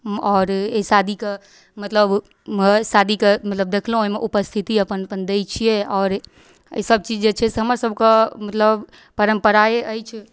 आओर एहि शादीके मतलब शादीके मतलब देखलहुँ ओहिमे उपस्थिति अपन अपन दै छिए आओर एहिसब चीज जे छै से हमरसबके मतलब परम्पराए अछि